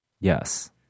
Yes